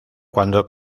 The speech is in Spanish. cuando